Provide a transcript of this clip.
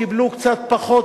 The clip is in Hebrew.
קיבלו קצת פחות,